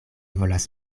volas